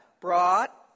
brought